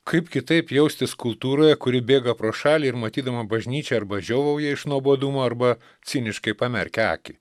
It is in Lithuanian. kaip kitaip jaustis kultūroje kuri bėga pro šalį ir matydama bažnyčią arba žiovauja iš nuobodumo arba ciniškai pamerkia akį